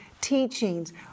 teachings